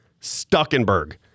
Stuckenberg